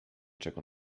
czego